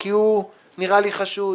כי הוא נראה לי חשוד,